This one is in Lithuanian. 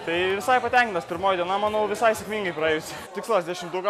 tai visai patenkinas pirmoji diena manau visai sėkmingai praėjusi tikslas dešimtuką